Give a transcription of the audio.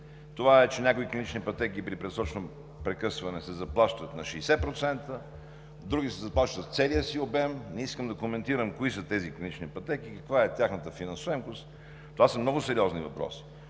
Това е, че някои клинични пътеки при предсрочно прекъсване се заплащат на 60%, други се заплащат с целия си обем. Не искам да коментирам кои са тези клинични пътеки, каква е тяхната финансоемкост – това са много сериозни въпроси.